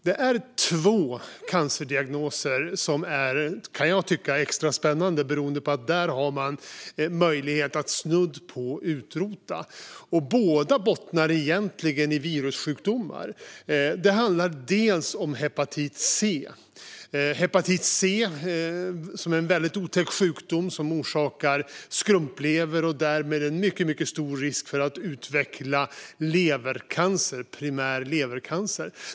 Det finns två cancerdiagnoser som jag kan tycka är extra spännande, därför att man har möjlighet att snudd på utrota sjukdomen. Båda bottnar egentligen i virussjukdomar. Den första är hepatit C, som är en väldigt otäck sjukdom. Den orsakar skrumplever och innebär därmed en mycket stor risk att utveckla primär levercancer.